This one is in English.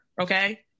okay